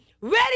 ready